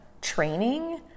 training